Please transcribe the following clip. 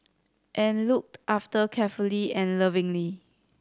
and looked after carefully and lovingly